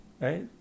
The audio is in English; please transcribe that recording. right